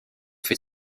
fait